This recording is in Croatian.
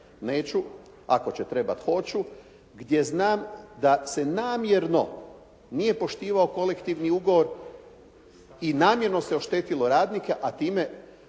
neću, ako će trebati hoću, gdje znam da se namjerno nije poštivao kolektivni ugovor i namjerno se oštetilo radnike a time